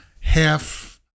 half